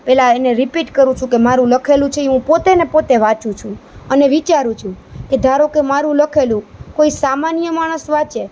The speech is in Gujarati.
પહેલા એને રિપીટ કરું છું કે મારું લખેલું છે હું પોતે ને પોતે વાંચું છુ અને વિચારું છું કે ધારોકે મારું લખેલું કોઈ સામાન્ય માણસ વાંચે